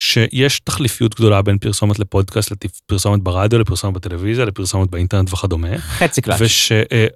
שיש תחליפיות גדולה בין פרסומת לפודקאסט, לפרסומת ברדיו, לפרסומת בטלוויזיה, לפרסומת באינטרנט וכדומה. חצי קלאץ'.